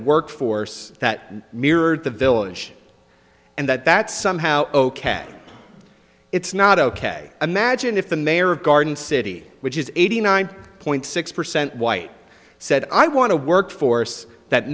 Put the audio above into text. work force that mirrored the village and that that somehow ok it's not ok imagine if the mayor of garden city which is eighty nine point six percent white said i want to work force that